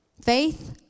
Faith